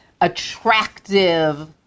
Attractive